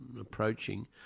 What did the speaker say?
approaching